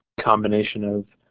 combination of